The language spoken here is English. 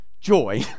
Joy